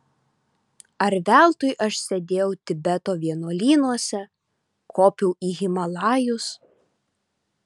ar veltui aš sėdėjau tibeto vienuolynuose kopiau į himalajus